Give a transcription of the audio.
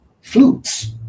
Flutes